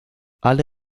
alle